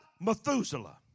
Methuselah